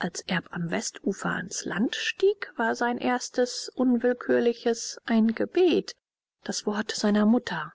als erb am westufer ans land stiegt war sein erstes unwillkürliches ein gebet das wort seiner mutter